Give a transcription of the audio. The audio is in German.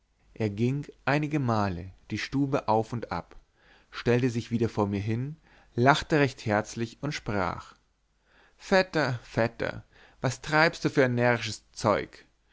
er ging einigemal die stube auf und ab stellte sich wieder vor mir hin lachte recht herzlich und sprach vetter vetter was treibst du für närrisches zeug